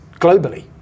globally